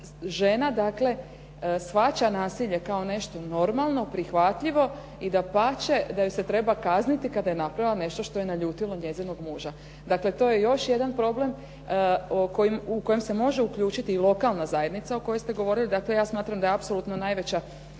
žena dakle shvaća nasilje kao nešto normalno, prihvatljivo i dapače da ju se treba kazniti kada je napravila nešto što je naljutilo njezinog muža. Dakle, to je još jedan problem u koji se može uključiti i lokalna zajednica o kojoj ste govorili. Ja smatram da je apsolutno najveća